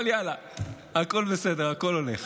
אבל יאללה, הכול בסדר, הכול הולך.